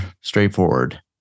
straightforward